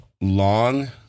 long